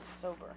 sober